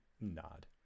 nod